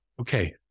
okay